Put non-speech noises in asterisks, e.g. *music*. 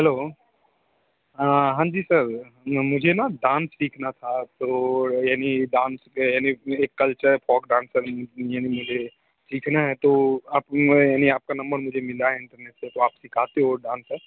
hello हाँ जी sir म मुझे न डांस सीखना था तो यानी डांस यानी कल्चर फोक डांस *unintelligible* मुझे सीखना है तो आप यानी आपका नंबर मुझे मिला है इंटरनेट से तो आप सिखाते हो डांस सर